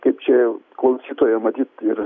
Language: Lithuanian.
kaip čia jau klausytoja matyt ir